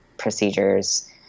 procedures